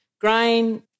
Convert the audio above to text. grain